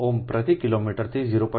26ohm પ્રતિ કિલોમીટરથી 0